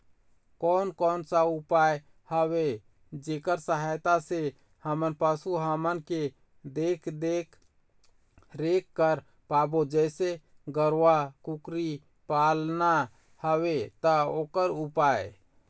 कोन कौन सा उपाय हवे जेकर सहायता से हम पशु हमन के देख देख रेख कर पाबो जैसे गरवा कुकरी पालना हवे ता ओकर उपाय?